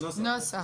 נוסח.